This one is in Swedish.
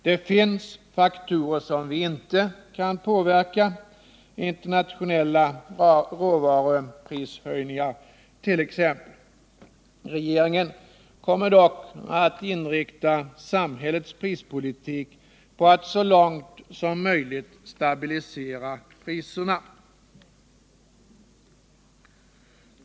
Det finns faktorer som den inte kan påverka — internationella råvaruprishöjningar t.ex. Regeringen kommer dock att inrikta samhällets prispolitik på att så långt som möjligt stabilisera priserna.